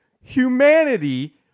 humanity